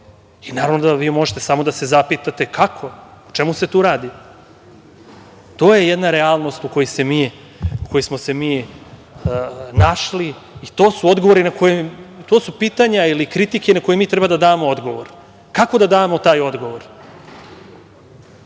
Naravno da vi možete samo da se zapitate kako, o čemu se tu radi? To je jedna realnost u kojoj smo se mi našli i to su pitanja ili kritike na koje mi treba da damo odgovor. Kako da damo taj odgovor? Imajte